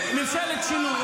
ממשלת שינוי.